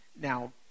Now